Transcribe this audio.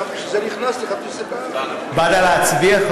חשבתי שזה נכנס, באת להצביע?